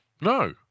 No